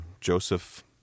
Joseph